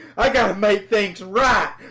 i gotta make things right,